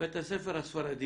בית הספר הספרדי,